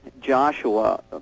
Joshua